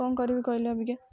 କ'ଣ କରିବ କହିଲ ଅବିକା